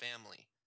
family